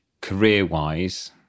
career-wise